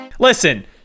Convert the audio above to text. Listen